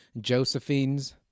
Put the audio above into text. josephines